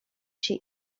się